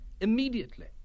immediately